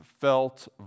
felt